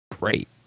great